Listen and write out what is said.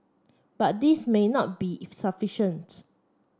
but this may not be sufficient